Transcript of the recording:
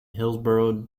hillsboro